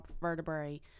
vertebrae